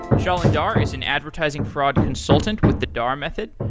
shailin dhar is an advertising fraud consultant with the dhar method.